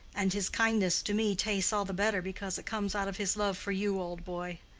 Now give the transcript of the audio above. and his kindness to me tastes all the better because it comes out of his love for you, old boy.